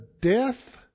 death